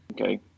Okay